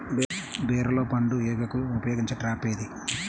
బీరలో పండు ఈగకు ఉపయోగించే ట్రాప్ ఏది?